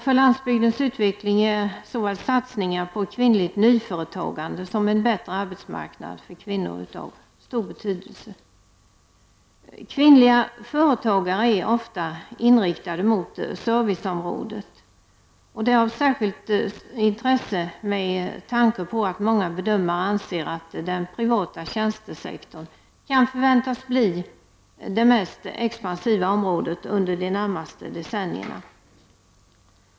För landsbygdens utveckling är såväl satsningar på kvinnligt nyföretagande som en bättre arbetsmarknad för kvinnor av stor betydelse. Kvinnliga företagare är ofta inriktade mot serviceområdet. Det är av särskilt intresse med tanke på att många bedömare anser att den privata tjänstesektorn kan väntas bli det mest expansiva området under de närmaste decennierna.